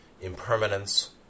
impermanence